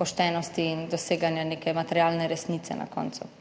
poštenosti in doseganja neke materialne resnice na koncu.